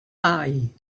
eye